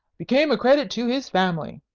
became a credit to his family,